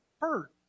hurt